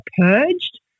purged